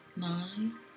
Nine